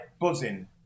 Buzzing